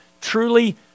truly